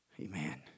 Amen